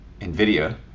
NVIDIA